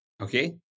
okay